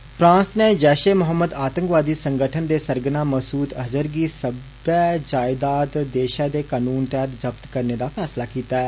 ्रंत France नै जैष ए मोहम्मद आतंकवादी संगठन दे सरगना मसूद अज़हर दी सब्बै जायदाद देषै दे कानून तैहत जब्त करने दा फैसला कीता ऐ